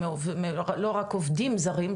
לא רק עובדים זרים,